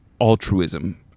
altruism